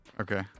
Okay